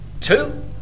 Two